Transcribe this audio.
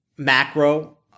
Macro